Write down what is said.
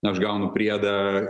aš gaunu priedą